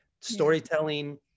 Storytelling